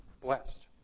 blessed